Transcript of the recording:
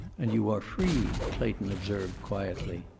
and you are free, clayton observed, quietly.